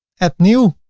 add new.